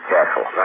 Castle